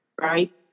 Right